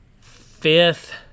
fifth